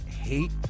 hate